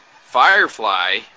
Firefly